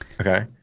Okay